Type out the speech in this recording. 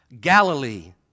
Galilee